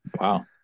Wow